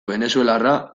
venezuelarra